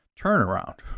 turnaround